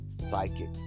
psychic